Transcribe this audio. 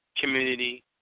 community